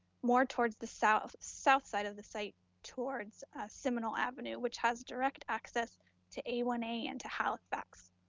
more towards the south south side of the site towards seminole avenue, which has direct access to a one a and to halifax.